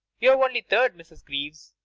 you're only third, mrs. greaves.